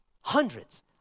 hundreds